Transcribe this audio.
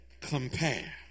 compare